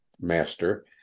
master